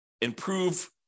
improve